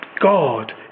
God